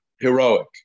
heroic